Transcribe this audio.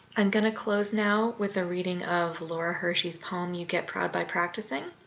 i'm going to close now with a reading of laura hershey's poem you get pride by practicing.